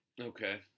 Okay